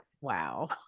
wow